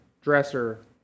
dresser